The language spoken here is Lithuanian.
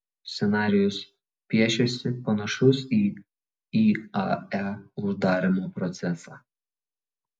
scenarijus piešiasi panašus į iae uždarymo procesą